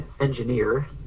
engineer